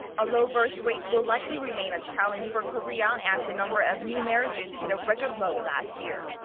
a low birthrate will likely remain a challenge for korea. as the number of new marriages hit a record low last year.